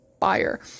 buyer